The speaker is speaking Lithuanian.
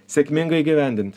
sėkmingai įgyvendint